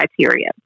criteria